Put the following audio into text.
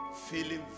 feeling